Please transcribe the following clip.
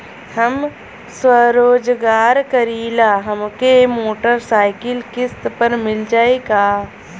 हम स्वरोजगार करीला हमके मोटर साईकिल किस्त पर मिल जाई का?